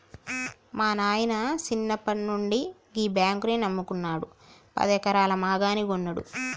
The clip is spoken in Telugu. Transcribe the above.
మా నాయిన సిన్నప్పట్నుండి గీ బాంకునే నమ్ముకున్నడు, పదెకరాల మాగాని గొన్నడు